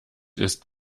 ist